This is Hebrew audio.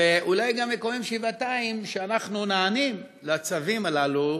אולי מקומם שבעתיים שאנחנו נענים לצווים הללו,